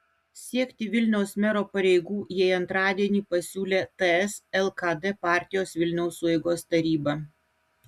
siekti vilniaus mero pareigų jai antradienį pasiūlė ts lkd partijos vilniaus sueigos taryba